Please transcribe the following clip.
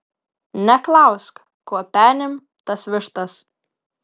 neklausk kuo penim tas vištas